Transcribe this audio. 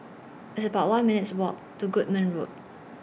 It's about one minutes' Walk to Goodman Road